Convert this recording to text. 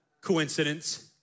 coincidence